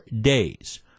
days